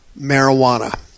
marijuana